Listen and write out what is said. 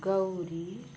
Gauri